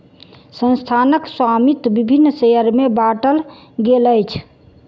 संस्थानक स्वामित्व विभिन्न शेयर में बाटल गेल अछि